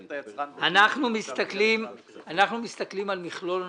את היצרן --- אנחנו מסתכלים על מכלול הנושאים.